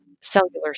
cellular